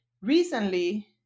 recently